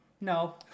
No